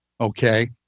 Okay